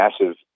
massive